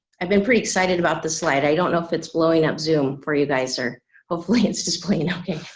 i've been pretty excited about the slide i don't know if it's blowing up zoom for you guys or hopefully it's just playing ok